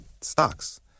stocks